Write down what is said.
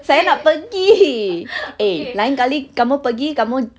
saya nak pergi eh lain kali kamu pergi kamu